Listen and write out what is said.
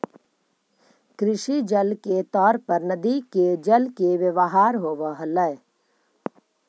कृषि जल के तौर पर नदि के जल के व्यवहार होव हलई